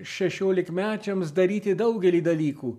šešiolikmečiams daryti daugelį dalykų